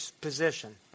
position